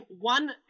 one